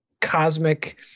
cosmic